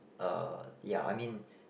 uh ya I mean